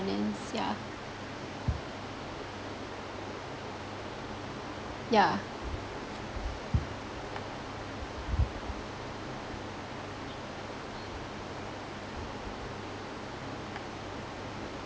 finance yeah yeah